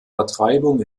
vertreibung